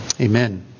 Amen